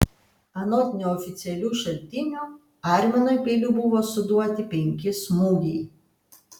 anot neoficialių šaltinių arminui peiliu buvo suduoti penki smūgiai